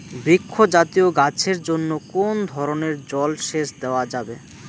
বৃক্ষ জাতীয় গাছের জন্য কোন ধরণের জল সেচ দেওয়া যাবে?